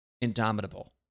Indomitable